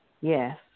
Yes